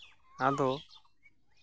ᱟᱫᱚ